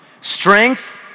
strength